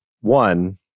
one